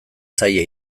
zaila